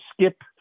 Skip